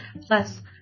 Plus